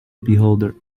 beholder